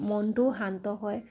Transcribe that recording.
মনটোও শান্ত হয়